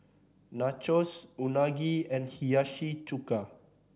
Nachos Unagi and Hiyashi Chuka